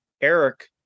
eric